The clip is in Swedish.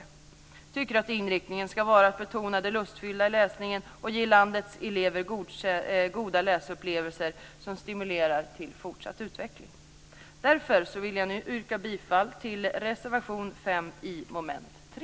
Vi tycker att inriktningen ska vara att betona det lustfyllda i läsningen och ge landets elever goda läsupplevelser som stimulerar till fortsatt utveckling. Därför vill jag nu yrka bifall till reservation 5 under mom. 3.